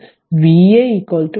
26 ampere വരുന്നു